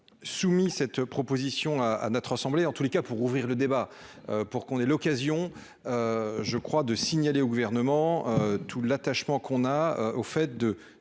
soumis cette proposition à à notre assemblée dans en tous les cas pour ouvrir le débat pour qu'on ait l'occasion je crois de signaler au gouvernement tout l'attachement qu'on a au fait de